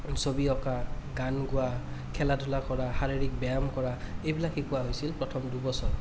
ছবি অঁকা গান গোৱা খেলা ধূলা কৰা শাৰীৰিক ব্য়ায়াম কৰা এইবিলাক শিকোৱা হৈছিল প্ৰথম দুবছৰ